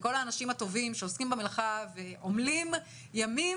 וכל האנשים הטובים שעוסקים במלאכה ועמלים ימים